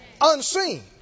Unseen